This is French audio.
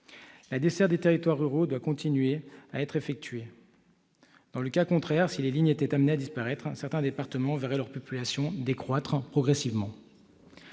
La desserte des territoires ruraux doit continuer à être effectuée. Dans le cas contraire, si les lignes étaient amenées à disparaître, certains départements verraient leur population décroître progressivement.